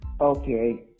Okay